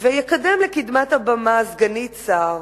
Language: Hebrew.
ויקדם לקדמת הבמה את סגנית השר